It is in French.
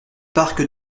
parc